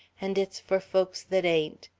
and it's for folks that ain't.